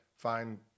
find